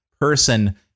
person